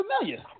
familiar